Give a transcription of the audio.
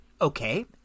Okay